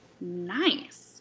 Nice